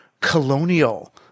colonial